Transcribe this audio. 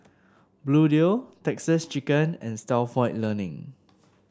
Bluedio Texas Chicken and Stalford Learning